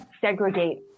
segregate